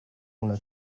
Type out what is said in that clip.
una